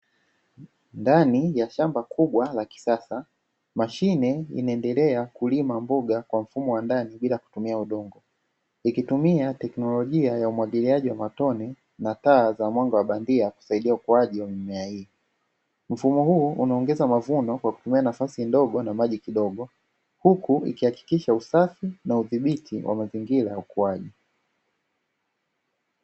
Ndani ya shamba kubwa la kisasa, mashine inaendelea kulima mboga kwa mfumo wa ndani bila kutumia udongo. Ikitumia teknolojia ya umwagiliaji wa matone na taa za mwanga wa bandia kusaidia ukuaji wa mimea hii. Mfumo huu unaongeza mavuno kwa kutumia nafasi ndogo na maji kidogo, huku ikihakikisha usafi na udhibiti wa mazingira ya ukuaji.